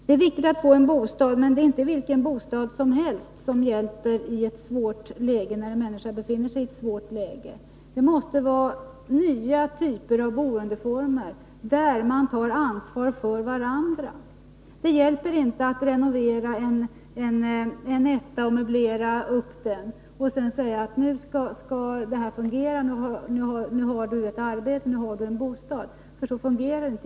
Det är viktigt att få en bostad, men inte vilken bostad som helst hjälper när en människa befinner sig i ett svårt läge. Det måste vara nya typer av boendeformer där man tar ansvar för varandra. Det hjälper inte att renovera en etta, möblera upp den och sedan säga: Nu skall det fungera; nu har du ett arbete; nu har du en bostad. Så fungerar det inte.